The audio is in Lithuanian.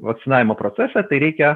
vakcinavimo procesą tai reikia